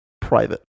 private